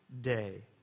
day